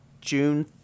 June